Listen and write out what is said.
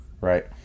right